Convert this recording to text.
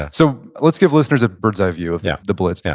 so let's give listeners a bird's eye view of yeah the blitz. yeah